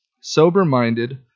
sober-minded